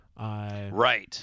Right